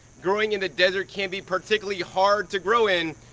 growing in the desert can be particularly hard to grow in,